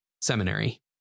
seminary